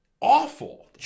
awful